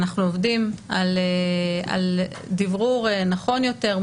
אנחנו עובדים על דברור נכון יותר,